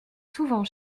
souvent